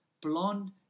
blonde